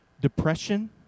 depression